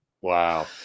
Wow